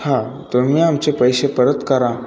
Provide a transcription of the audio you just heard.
हां तुम्ही आमचे पैसे परत करा